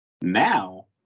now